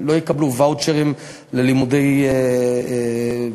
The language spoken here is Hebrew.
לא יקבלו ואוצ'רים ללימודי פילוסופיה,